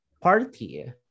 party